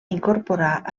incorporar